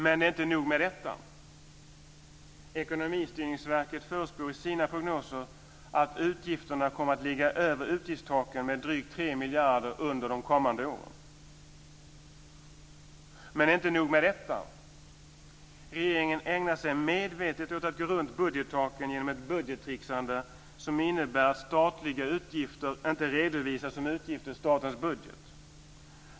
Men det är inte nog med detta. Ekonomistyrningsverket föreslår i sina prognoser att utgifterna kommer att ligga över utgiftstaken med drygt 3 miljarder under de kommande åren. Men det är inte nog med detta. Regeringen ägnar sig medvetet åt att gå runt budgettaken genom ett budgettricksande som innebär att statliga utgifter inte redovisas som utgifter i statens budget.